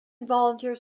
volunteers